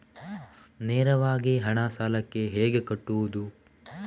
ನೇರವಾಗಿ ಹಣ ಸಾಲಕ್ಕೆ ಹೇಗೆ ಕಟ್ಟುವುದು?